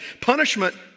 Punishment